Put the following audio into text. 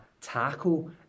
tackle